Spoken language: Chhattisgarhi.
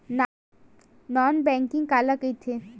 नॉन बैंकिंग काला कइथे?